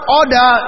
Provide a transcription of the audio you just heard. order